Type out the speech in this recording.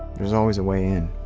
there's always a way in.